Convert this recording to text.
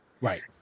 Right